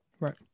Right